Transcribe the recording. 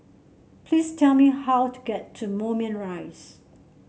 please tell me how to get to Moulmein Rise